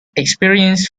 experience